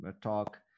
talk